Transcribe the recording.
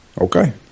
Okay